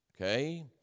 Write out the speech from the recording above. Okay